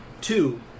Two